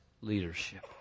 leadership